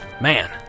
Man